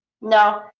No